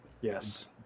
Yes